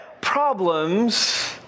problems